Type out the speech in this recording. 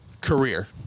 career